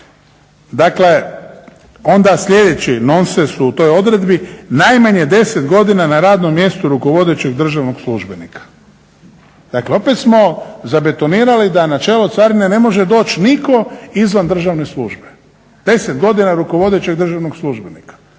Dakle, onda sljedeći nonsens u toj odredbi, najmanje 10 godina na radnom mjestu rukovodećeg državnog službenika. Dakle, opet smo zabetonirali da na čelo Carine ne može doći nitko izvan državne službe. Deset godina rukovodećeg državnog službenika.